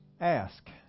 ask